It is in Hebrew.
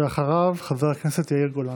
ואחריו, חבר הכנסת יאיר גולן.